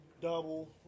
double